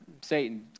Satan